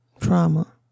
trauma